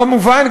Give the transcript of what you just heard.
כמובן,